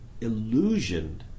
illusioned